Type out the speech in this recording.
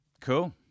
Cool